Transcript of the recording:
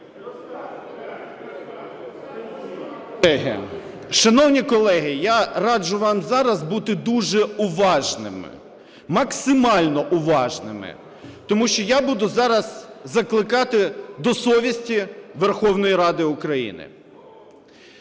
Шановні колеги, я раджу вам зараз бути дуже уважними, максимально уважними, тому що я буду зараз закликати до совісті Верховної Ради України.